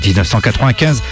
1995